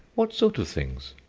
what sort of things?